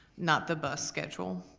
not the bus schedule.